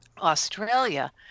Australia